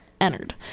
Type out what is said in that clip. Entered